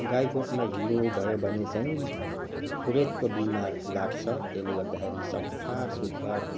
गाईगोठमा हिलो भयो भने चाहिँ खोँरेतको बिमार लाग्छ त्यसले गर्दाखेरि सफा सुग्घर